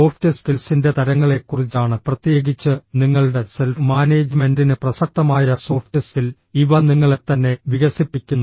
soft സ്കിൽസിന്റെ തരങ്ങളെക്കുറിച്ച് പ്രത്യേകിച്ച് നിങ്ങളുടെ സെൽഫ് മാനേജ്മെന്റിന് പ്രസക്തമായ സോഫ്റ്റ് സ്കിൽ അത് നിങ്ങളെത്തന്നെ വികസിപ്പിക്കുന്നു